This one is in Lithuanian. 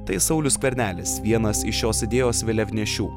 tai saulius skvernelis vienas iš šios idėjos vėliavnešių